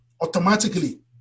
automatically